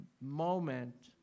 moment